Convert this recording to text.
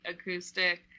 acoustic